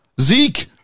zeke